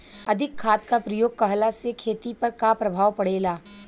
अधिक खाद क प्रयोग कहला से खेती पर का प्रभाव पड़ेला?